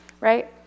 right